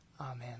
Amen